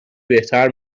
بهتر